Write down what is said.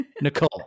Nicole